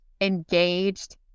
engaged